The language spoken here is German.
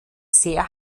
sehr